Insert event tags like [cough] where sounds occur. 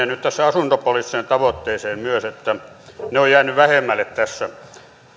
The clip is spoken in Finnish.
[unintelligible] nyt asuntopoliittiseen tavoitteeseen myös ne ovat jääneet vähemmälle tässä